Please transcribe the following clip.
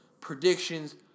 predictions